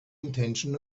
intention